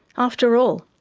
after all,